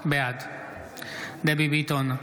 בעד דבי ביטון,